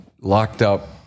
locked-up